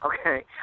Okay